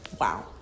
Wow